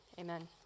Amen